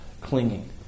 clinging